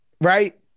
right